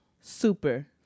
super